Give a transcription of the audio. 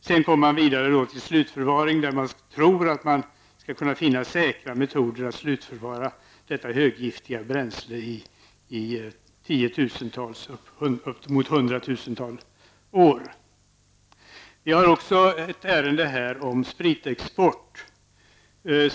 Sedan tror man att man skall kunna finna säkra metoder att slutförvara det höggradigt giftiga avfallet i tiotusentals, ja upp emot hundratusentals år. Vi har också ett ärende om spritexport.